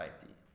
safety